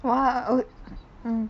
!wah!